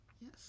Yes